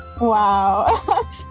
Wow